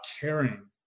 caring